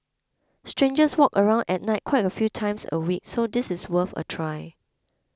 strangers walk around at night quite a few times a week so this is worth a try